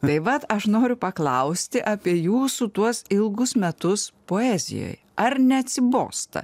tai vat aš noriu paklausti apie jūsų tuos ilgus metus poezijoj ar neatsibosta